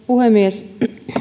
puhemies